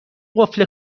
قفل